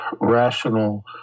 rational